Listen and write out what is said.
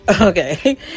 okay